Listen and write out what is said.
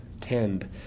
tend